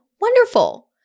Wonderful